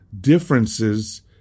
differences